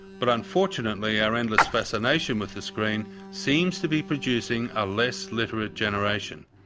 but unfortunately our endless fascination with the screen seems to be producing a less literate generation.